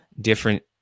different